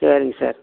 சரிங்க சார்